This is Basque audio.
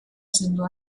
sendoa